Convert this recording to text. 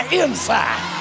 inside